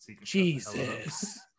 Jesus